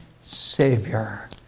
Savior